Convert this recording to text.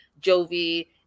jovi